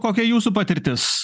kokia jūsų patirtis